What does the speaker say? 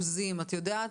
מבחינת אחוזים, את יודעת?